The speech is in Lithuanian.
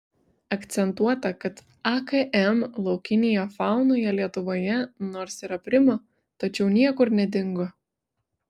akcentuota kad akm laukinėje faunoje lietuvoje nors ir aprimo tačiau niekur nedingo